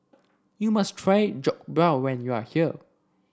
you must try Jokbal when you are here